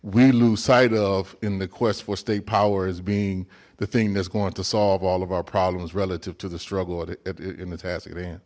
we lose sight of in the quest for state power as being the thing that's going to solve all of our problems relative to the struggle or in the task